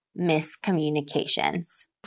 miscommunications